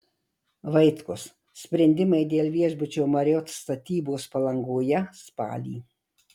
vaitkus sprendimai dėl viešbučio marriott statybos palangoje spalį